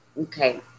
Okay